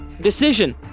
decision